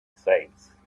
seis